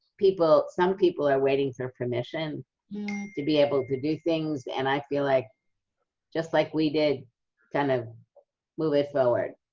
people some people are waiting for permission to be able to do things, and i feel like just like we did kind of move it forward.